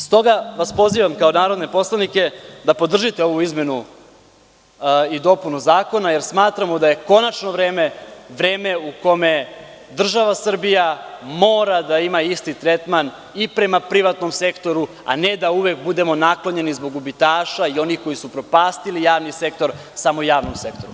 Stoga vas pozivam kao narodne poslanike da podržite ovu izmenu i dopunu zakona, jer smatramo da je konačno vreme, vreme u kome država Srbija mora da ima isti tretman i prema privatnom sektoru, a ne da uvek budemo naklonjeni, zbog gubitaša i onih koji su upropastili javni sektor, samo javnom sektoru.